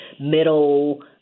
middle